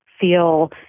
feel